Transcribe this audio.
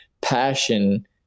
passion